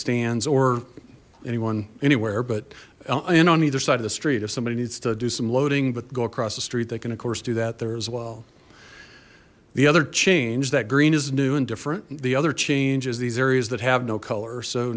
stands or anyone anywhere but land on either side of the street if somebody needs to do some loading but go across the street they can of course do that there as well the other change that green is new and different the other change is these areas that have no color so